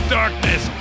darkness